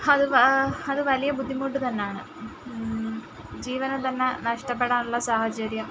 അത് വ വലിയ ബുദ്ധിമുട്ട് തന്നാണ് ജീവനെത്തന്നെ നഷ്ടപ്പെടാനുള്ള സാഹചര്യം